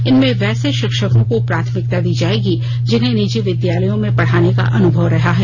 इसमें वैसे शिक्षकों को प्राथमिकता दी जाएगी जिन्हें निजी विद्यालयों में पढ़ाने का अनुभव रहा है